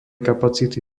kapacity